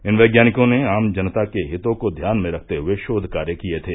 इन वैज्ञानिकों ने आम जनता के हितों को ध्यान में रखते हए शोघ कार्य किए थे